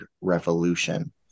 revolution